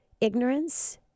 Ignorance